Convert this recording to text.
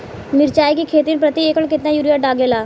मिरचाई के खेती मे प्रति एकड़ केतना यूरिया लागे ला?